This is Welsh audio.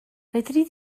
fedri